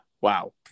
Wow